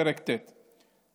פרק ט'.